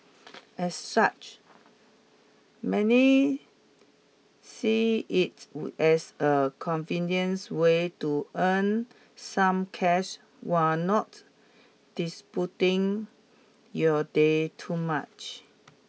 as such many see it as a convenience way to earn some cash while not disrupting your day too much